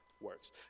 works